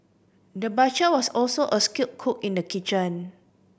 the butcher was also a skilled cook in the kitchen